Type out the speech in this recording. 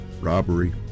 Robbery